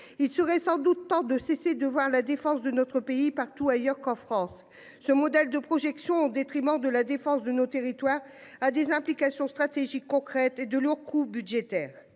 il serait sans doute temps de cesser de voir la défense de notre pays partout ailleurs qu'en France ce modèle de projection au détriment de la défense de nos territoires a des implications stratégiques concrète et de lourds coûts budgétaires